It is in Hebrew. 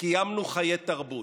קיימנו חיי תרבות.